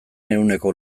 ehuneko